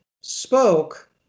spoke